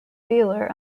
wheeler